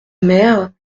mère